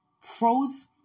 froze